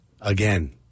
Again